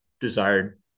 desired